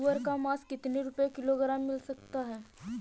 सुअर का मांस कितनी रुपय किलोग्राम मिल सकता है?